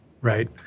right